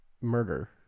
Murder